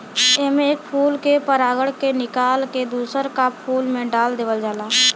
एमे एक फूल के परागण के निकाल के दूसर का फूल में डाल देवल जाला